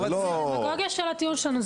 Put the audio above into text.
זה לא --- זאת דמגוגיה של הטיעון שלנו.